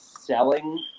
selling